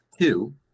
two